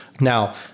Now